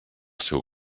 seu